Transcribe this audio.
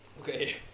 Okay